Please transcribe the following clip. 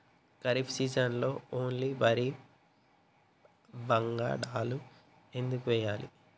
ఖరీఫ్ సీజన్లో ఓన్లీ వరి వంగడాలు ఎందుకు వేయాలి?